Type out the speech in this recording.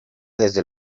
desde